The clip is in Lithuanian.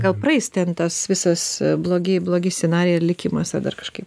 gal praeis ten tas visas blogi blogi scenarijai ir likimas ar dar kažkaip